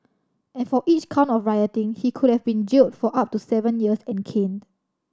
and for each count of rioting he could have been jailed for up to seven years and caned